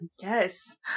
Yes